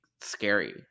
scary